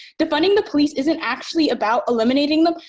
defunding the police isn't actually about eliminating them,